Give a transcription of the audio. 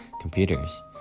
computers